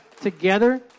together